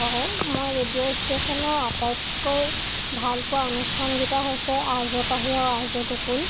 হয় মই ৰেডিঅ' ষ্টেচনৰ আটাইতকৈ ভালপোৱা অনুষ্ঠানগিটা হৈছে আৰ জে পাহি আৰু আৰ জে গকুল